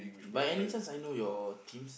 by any chance I know your teams